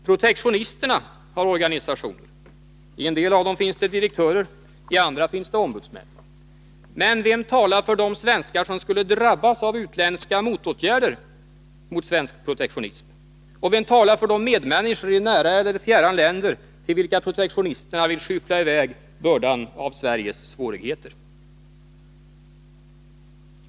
Protektionisterna har organisationer. I en del av dem finns det direktörer, i andra finns det ombudsmän. Men vem talar för de svenskar som skulle drabbas av utländska motåtgärder mot svensk protektionism? Och vem talar för de medmänniskor i nära eller fjärran länder, till vilka protektionisterna vill skyffla i väg bördan av Sveriges svårigheter?